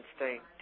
instinct